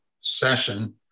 session